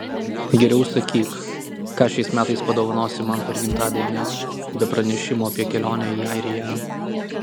geriau sakyk ką šiais metais padovanosi man per gimtadienį be pranešimo apie kelionę į airiją